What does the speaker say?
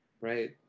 Right